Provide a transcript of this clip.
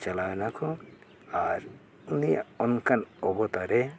ᱪᱟᱞᱟᱣ ᱮᱱᱟ ᱠᱚ ᱟᱨ ᱩᱱᱤᱭᱟᱜ ᱚᱱᱠᱟᱱ ᱚᱵᱚᱛᱟᱨᱮ